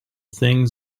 things